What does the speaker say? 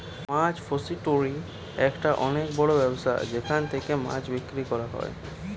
মাছ factory একটা অনেক বড় ব্যবসা যেখান থেকে মাছ বিক্রি করা হয়